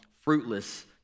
fruitless